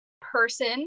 person